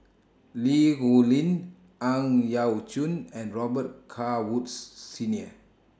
Li Rulin Ang Yau Choon and Robet Carr Woods Senior